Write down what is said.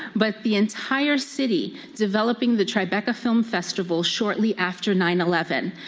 but the entire city, developing the tribeca film festival shortly after nine eleven.